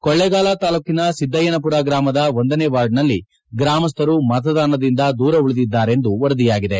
ಕೊಳ್ಳೇಗಾಲ ತಾಲೂಕಿನ ಸಿದ್ದಯ್ಯನಪುರ ಗ್ರಾಮದ ಒಂದನೇ ವಾರ್ಡ್ನಲ್ಲಿ ಗ್ರಾಮಸ್ಥರು ಮತದಾನದಿಂದ ದೂರ ಉಳಿದಿದ್ದಾರೆಂದು ವರದಿಯಾಗಿದೆ